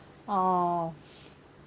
oh